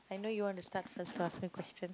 I know you want to start first to ask me question